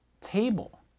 table